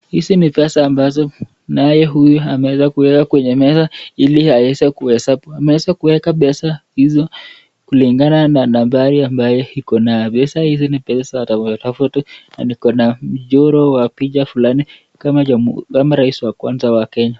Hizi ni pesa ambazo, naye huyu ameweza kuweka kwenye meza ili aweze kuhesabu. Ameweza kuweka pesa hizo kulingana na nambari ambayo iko nayo. Pesa hizi ni tofauti tofauti na ziko na mchoro fulani kama wa rais wa kwanza wa Kenya.